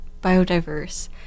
biodiverse